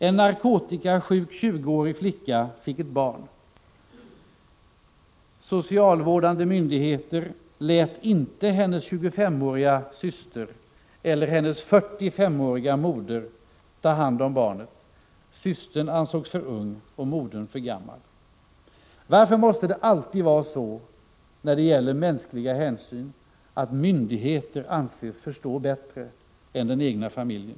En narkotikasjuk 20-årig flicka fick ett barn. Socialvårdande myndigheter lät inte hennes 25-åriga syster eller hennes 45-åriga moder ta hand om barnet; systern ansågs för ung och modern för gammal. Varför måste det alltid vara så när det gäller mänskliga hänsyn, att myndigheterna anses förstå bättre än den egna familjen?